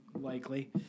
likely